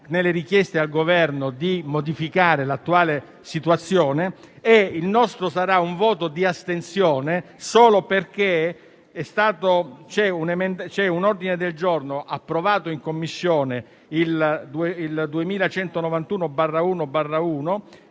nelle richieste al Governo di modificare l'attuale situazione. Il nostro sarà un voto di astensione solo perché c'è un ordine del giorno G1.1, approvato in Commissione, a